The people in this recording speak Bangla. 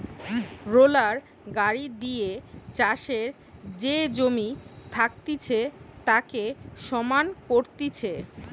রোলার গাড়ি দিয়ে চাষের যে জমি থাকতিছে তাকে সমান করতিছে